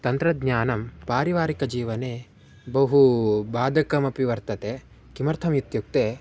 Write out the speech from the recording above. तन्त्रज्ञानं पारिवारिकजीवने बहु वादकमपि वर्तते किमर्थमित्युक्ते